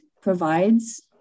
provides